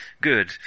good